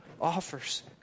offers